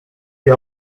die